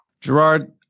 Gerard